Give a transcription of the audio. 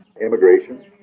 Immigration